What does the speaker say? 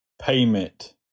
payment